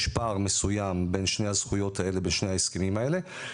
יש פער מסוים בין שני הזכויות האלה בין שני ההסכמים האלה,